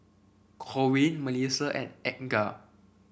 Corwin MelissiA and Edgar